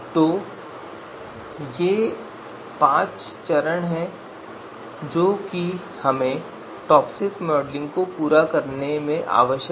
तो ये पाँच चरण हैं जो हमें अपने टॉपसिस मॉडलिंग को पूरा करने के लिए करने हैं